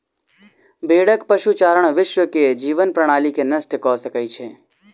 भेड़क पशुचारण विश्व के जीवन प्रणाली के नष्ट कय सकै छै